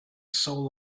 soul